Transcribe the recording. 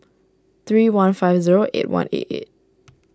three one five zero eight one eight eight